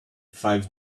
five